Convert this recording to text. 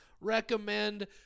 recommend